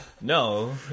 no